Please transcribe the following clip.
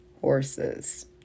horses